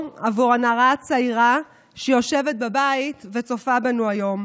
בעבור הנערה הצעירה היושבת בבית וצופה בנו היום.